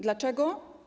Dlaczego?